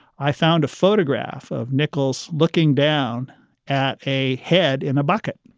i found a photograph of nichols looking down at a head in a bucket